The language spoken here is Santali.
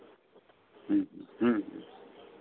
ᱦᱮᱸ ᱦᱮᱸ